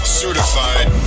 certified